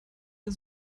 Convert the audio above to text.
der